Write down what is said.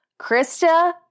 Krista